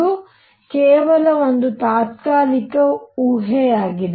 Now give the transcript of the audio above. ಇದು ಕೇವಲ ಒಂದು ತಾತ್ಕಾಲಿಕ ಊಹೆಯಾಗಿದೆ